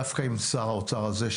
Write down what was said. דווקא עם שר האוצר הזה,